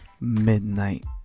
midnight